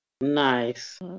Nice